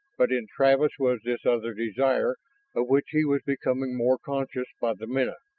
but in travis was this other desire of which he was becoming more conscious by the minute.